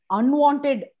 unwanted